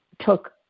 took